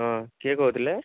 ହଁ କିଏ କହୁଥିଲେ